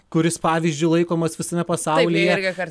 kuris pavyzdžiui laikomas visame pasaulyje